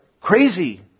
crazy